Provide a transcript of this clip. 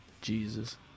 Jesus